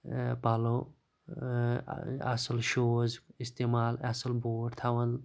پَلو اَصٕل شوز اِستعمال اَصٕل بوٹھ تھوان